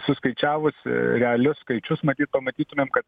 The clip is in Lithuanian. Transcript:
suskaičiavus realius skaičius matyt pamatytumėm kad